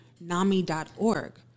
nami.org